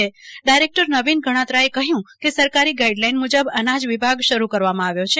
APMC director Navin ગણાત્રાએ કહ્યું કે સરકારી ગાઇડલાઇન મુજબ અનાજ વિભાગ શરૂ કરવામાં આવ્યો છે